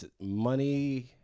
money